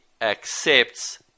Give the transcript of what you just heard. accepts